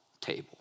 table